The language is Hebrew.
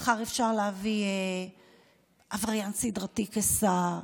מחר אפשר להביא עבריין סדרתי כשר,